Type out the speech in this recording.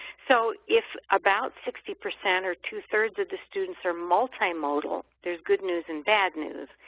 so if about sixty percent or two-thirds of the students are multimodal, there's good news and bad news.